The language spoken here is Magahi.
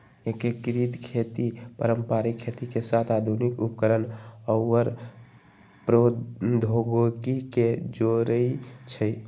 एकीकृत खेती पारंपरिक खेती के साथ आधुनिक उपकरणअउर प्रौधोगोकी के जोरई छई